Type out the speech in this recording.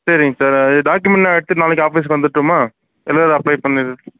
சரிங்க சார் அது டாக்குமெண்டை எடுத்துகிட்டு நாளைக்கு ஆஃபீஸ்க்கு வந்துரட்டுமா எல்எல்ஆர் அப்ளை பண்றதுக்கு